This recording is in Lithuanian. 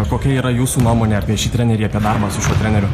kokia yra jūsų nuomonė apie šį trenerį apie darbą su šiuo treneriu